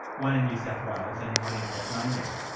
one in new south wales and one in tasmania.